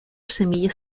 semillas